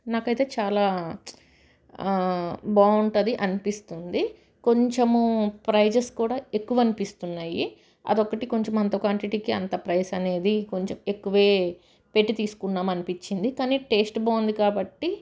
నాకు అయితే చాలా బాగుంటుంది అనిపిస్తుంది కొంచెము ప్రైజెస్ కూడా ఎక్కువ అనిపిస్తున్నాయి అది ఒకటి కొంచెం అంత క్వాంటిటీకి అంత ప్రైస్ అనేది కొంచెం ఎక్కువ పెట్టి తీసుకున్నాం అనిపించింది కానీ టేస్ట్ బాగుంది కాబట్టి